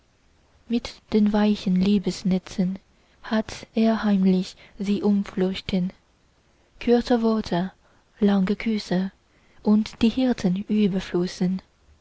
mit den weichen liebesnetzen hat er heimlich sie umflochten kurze worte lange küsse und die herzen überflössen